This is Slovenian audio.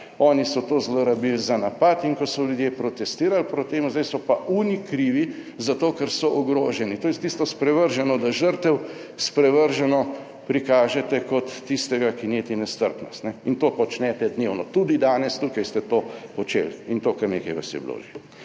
oni so to zlorabili za napad in ko so ljudje protestirali proti temu, zdaj so pa oni krivi za to, ker so ogroženi. To je tisto sprevrženo, da žrtev sprevrženo prikažete kot tistega, ki neti nestrpnost. In to počnete dnevno tudi danes, tukaj ste to počeli in to, kar nekaj vas je bilo